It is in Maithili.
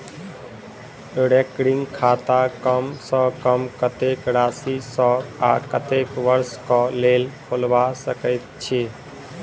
रैकरिंग खाता कम सँ कम कत्तेक राशि सऽ आ कत्तेक वर्ष कऽ लेल खोलबा सकय छी